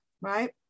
right